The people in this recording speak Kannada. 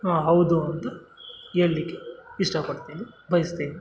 ಹಾಂ ಹೌದು ಅಂತ ಹೇಳ್ಲಿಕ್ಕೆ ಇಷ್ಟಪಡ್ತಿನಿ ಬಯಸ್ತಿನಿ